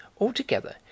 Altogether